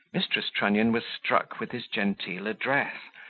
mrs. trunnion was struck with his genteel address,